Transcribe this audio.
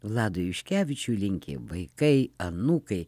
vladui juškevičiui linki vaikai anūkai